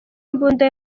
imbunda